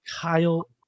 Kyle